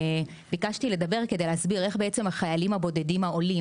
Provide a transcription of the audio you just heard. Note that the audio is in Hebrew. ביקשתי לדבר כדי להסביר איך בעצם החיילים הבודדים העולים,